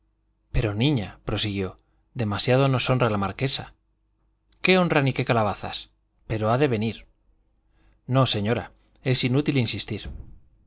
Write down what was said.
qué escándalo pero niña prosiguió demasiado nos honra la marquesa qué honra ni qué calabazas pero ha de venir no señora es inútil insistir